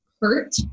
hurt